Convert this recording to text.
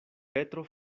petro